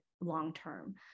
long-term